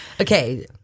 okay